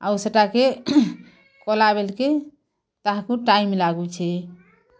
ଆଉ ସେଇଟା କେ କଲା ବେଲ୍କେ ତାହାକୁ ଟାଇମ୍ ଲାଗୁଛି